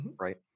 Right